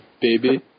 baby